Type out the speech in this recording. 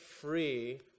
free